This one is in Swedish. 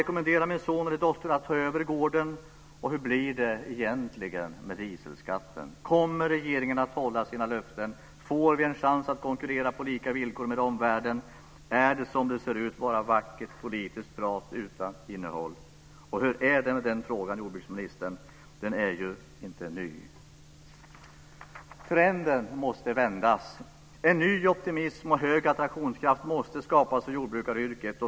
Kommer regeringen att hålla sina löften? Får vi en chans att konkurrera på lika villkor med omvärlden? Är det som det ser ut - bara vackert politiskt prat utan innehåll? Hur är det med den frågan, jordbruksministern? Den är ju inte ny. Trenden måste vändas. En ny optimism och hög attraktionskraft måste skapas för jordbrukaryrket.